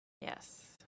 Yes